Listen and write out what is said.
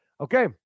Okay